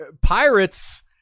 pirates